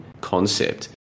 concept